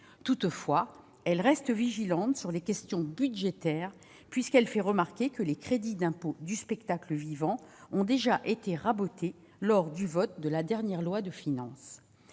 Toutefois, elle reste vigilante sur les questions budgétaires, puisqu'elle fait remarquer que les crédits d'impôt du spectacle vivant ont déjà été rabotés lors du vote de la dernière loi de finances.